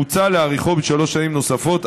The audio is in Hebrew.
מוצע להאריכו בשלוש שנים נוספות,